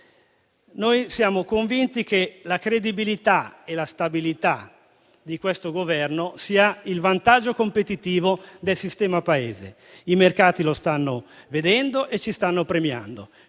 noi siamo convinti che la credibilità e la stabilità di questo Governo siano il vantaggio competitivo del sistema Paese. I mercati lo stanno vedendo e ci stanno premiando.